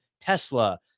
Tesla